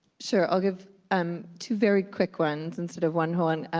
sure, i'll give um two very quick ones instead of one whole one.